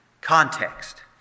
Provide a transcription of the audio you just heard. context